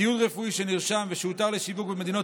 ציוד רפואי שנרשם ושהותר לשיווק במדינות